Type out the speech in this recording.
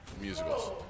Musicals